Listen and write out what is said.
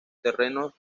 terrenos